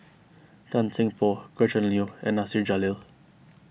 Tan Seng Poh Gretchen Liu and Nasir Jalil